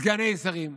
סגני שרים,